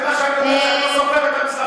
זה מה שאת אומרת, שאת לא סופרת את המזרחים.